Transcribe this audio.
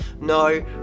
No